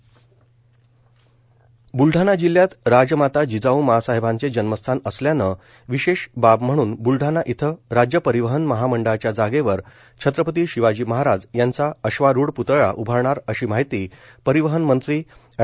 पुतळा ब्लढाणा जिल्ह्यात राजमाता जिजाऊ माँसाहेबाचे जन्मस्थान असल्यानं विशेष बाब म्हणून ब्लढाणा इथं राज्य परिवहन महामंडळाच्या जागेवर छत्रपती शिवाजी महाराज यांचा अश्वारूढ प्तळा उभारणार अशी माहिती परिवहनमंत्री अँड